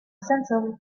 senza